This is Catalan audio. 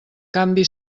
canvi